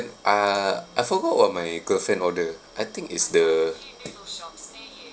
uh I forgot what my girlfriend order I think is the